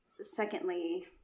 secondly